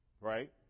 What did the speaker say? Right